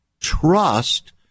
trust